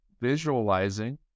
visualizing